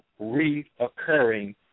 reoccurring